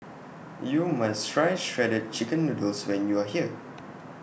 YOU must Try Shredded Chicken Noodles when YOU Are here